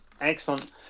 excellent